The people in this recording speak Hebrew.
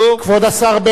כבוד השר בגין,